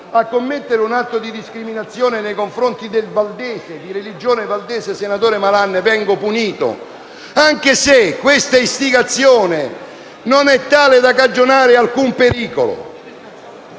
a commettere un atto di discriminazione nei confronti del senatore Malan, di religione valdese, vengo punito anche se questa istigazione non è tale da cagionare alcun pericolo?